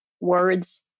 words